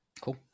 cool